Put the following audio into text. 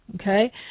okay